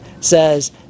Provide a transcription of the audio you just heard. says